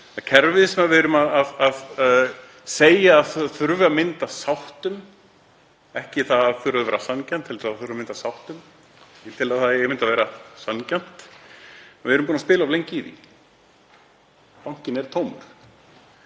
við, kerfið sem við erum að segja að þurfi að mynda sátt um, ekki að það þurfi að vera sanngjarnt heldur að það þurfi að mynda sátt um það? Ég tel að það eigi einmitt að vera sanngjarnt. Við erum búin að spila of lengi í því. Bankinn er tómur.